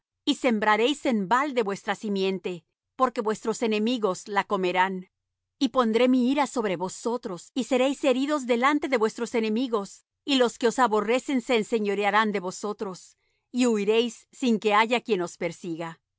y sembraréis en balde vuestra simiente porque vuestros enemigos la comerán y pondré mi ira sobre vosotros y seréis heridos delante de vuestros enemigos y los que os aborrecen se enseñorearán de vosotros y huiréis sin que haya quien os persiga